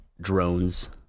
drones